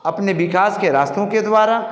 अपने विकास के रास्तों के द्वारा